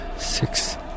Six